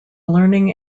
learning